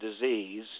disease